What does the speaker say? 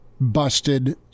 busted